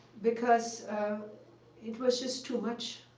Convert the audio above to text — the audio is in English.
because it was just too much.